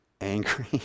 angry